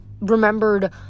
remembered